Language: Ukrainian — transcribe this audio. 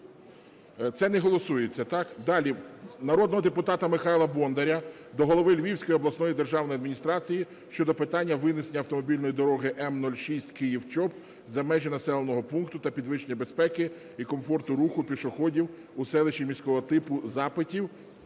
Це не голосується, так? Далі. Народного депутата Михайла Бондаря до голови Львівської обласної державної адміністрації щодо питання винесення автомобільної дороги М-06 Київ-Чоп за межі населеного пункту та підвищення безпеки і комфорту руху пішоходів у селищі міського типу Запитів